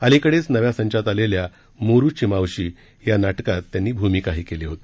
अलिकडेच नव्या संचात आलेल्या मोरुची मावशी या नाटकातही त्यांनी भूमिका केली होती